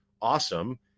awesome